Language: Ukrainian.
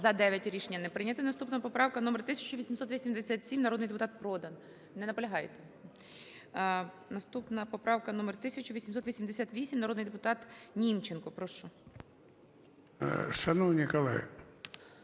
За-9 Рішення не прийнято. Наступна поправка номер 1887. Народний депутат Продан. Не наполягаєте? Наступна поправка номер 1888. Народний депутат Німченко. Прошу. 12:53:41